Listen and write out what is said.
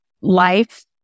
life